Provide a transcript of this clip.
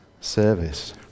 service